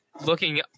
looking